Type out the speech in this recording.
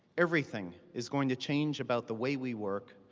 everything is going to change about the way we work,